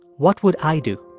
what would i do?